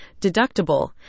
deductible